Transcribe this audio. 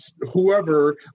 whoever